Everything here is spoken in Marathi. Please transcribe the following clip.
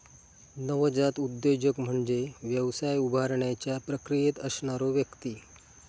नवजात उद्योजक म्हणजे व्यवसाय उभारण्याच्या प्रक्रियेत असणारो व्यक्ती